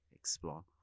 explore